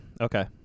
Okay